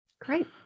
Great